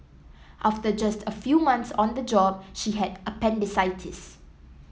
after just a few months on the job she had appendicitis